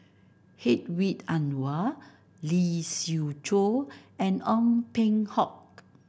Hedwig Anuar Lee Siew Choh and Ong Peng Hock